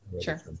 Sure